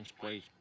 please